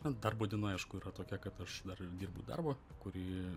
na darbo diena aišku yra tokia kad aš dar ir dirbu darbą kurį